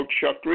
Chuck